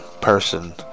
person